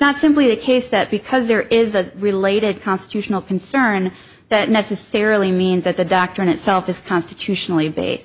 not simply a case that because there is a related constitutional concern that necessarily means that the doctrine itself is constitutionally ba